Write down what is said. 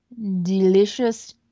delicious